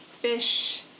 fish